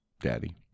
Daddy